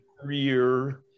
career